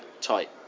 tight